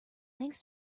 thanks